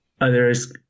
others